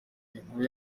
inkuru